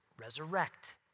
resurrect